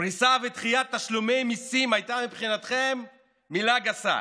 פריסה ודחיית תשלומי מיסים הייתה מבחינתכם מילה גסה.